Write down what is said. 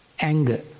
anger